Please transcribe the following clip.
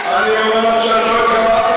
אני אומר לך שאת לא יודעת.